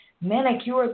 Manicure